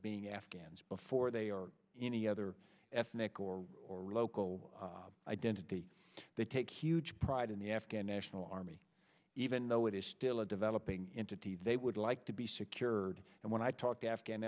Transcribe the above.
being afghans before they are any other ethnic or or local identity they take huge pride in the afghan national army even though it is still a developing into t they would like to be secured and when i talk to afghan